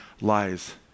lies